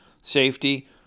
safety